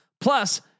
Plus